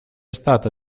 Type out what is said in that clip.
stata